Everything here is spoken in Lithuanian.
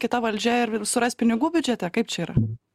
kita valdžia ir vėl suras pinigų biudžete kaip čia yra